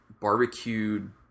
barbecued